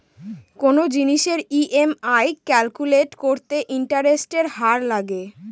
কোনো জিনিসের EMI calculate করতে ইন্টারেস্টের হার লাগে